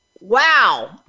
wow